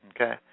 Okay